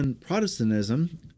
Protestantism